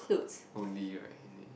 only right is it